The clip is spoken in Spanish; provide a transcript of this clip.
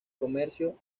comercio